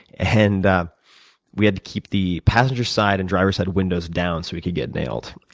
and um we had to keep the passenger side and driver's side windows down so we could get nailed.